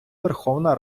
верховна